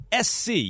SC